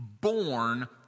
born